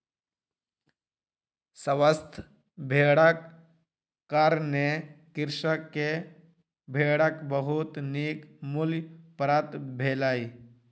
स्वस्थ भेड़क कारणें कृषक के भेड़क बहुत नीक मूल्य प्राप्त भेलै